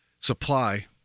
supply